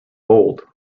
bold